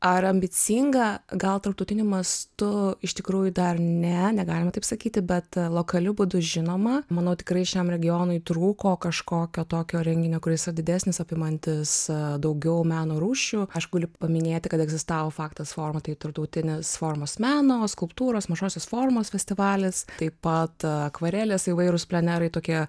ar ambicinga gal tarptautiniu mastu iš tikrųjų dar ne negalima taip sakyti bet lokaliu būdu žinoma manau tikrai šiam regionui trūko kažkokio tokio renginio kuris yra didesnis apimantis daugiau meno rūšių aš galiu paminėti kad egzistavo faktas forma tai tarptautinis formos meno skulptūros mažosios formos festivalis taip pat akvarelės įvairūs plenerai tokie